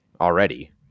already